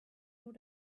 nur